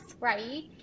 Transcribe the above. Right